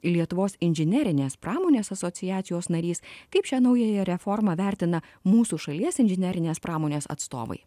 lietuvos inžinerinės pramonės asociacijos narys kaip šią naująją reformą vertina mūsų šalies inžinerinės pramonės atstovai